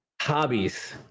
hobbies